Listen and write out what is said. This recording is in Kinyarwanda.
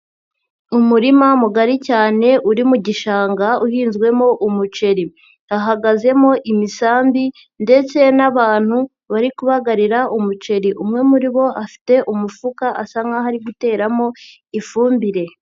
Umurima mugari cyane uri mu gishanga uhinzwemo umuceri, hahagazemo imisambi ndetse n'abantu bari kubagarira umuceri, umwe muri bo afite umufuka asa nkaho ari guteramo ifumbire.